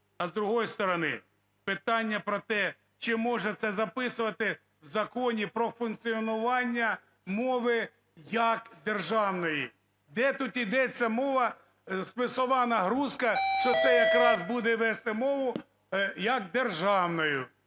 а з другої сторони, питання про те чи можна це записувати в Законі про функціонування мови як державної? Де тут йдеться мова, смислова нагрузка, що це якраз буде вести мову як державною?